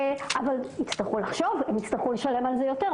אבל יצטרכו לשלם על זה יותר.